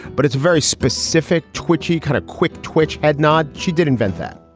but it's very specific, twitchy, kind of quick twitch head nod. she did invent that.